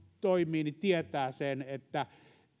toimivat tietävät sen että